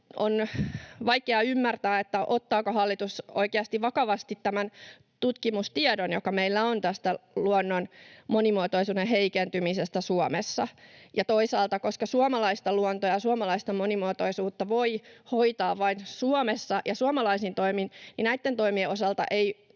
on vaikea ymmärtää, ottaako hallitus oikeasti vakavasti tämän tutkimustiedon, joka meillä on luonnon monimuotoisuuden heikentymisestä Suomessa. Toisaalta koska suomalaista luontoa ja suomalaista monimuotoisuutta voi hoitaa vain Suomessa ja suomalaisin toimin, näitten toimien osalta ei